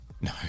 No